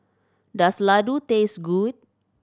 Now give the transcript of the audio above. does laddu taste good